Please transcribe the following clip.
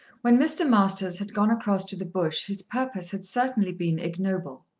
when mr. masters had gone across to the bush his purpose had certainly been ignoble,